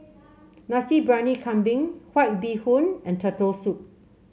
Nasi Briyani Kambing White Bee Hoon and Turtle Soup